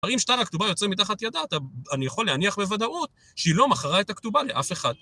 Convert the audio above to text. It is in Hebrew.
אם שטר הכתובה יוצא מתחת ידה, אני יכול להניח בוודאות שהיא לא מכרה את הכתובה לאף אחד.